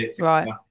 right